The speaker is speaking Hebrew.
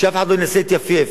שאף אחד לא ינסה להתייפייף,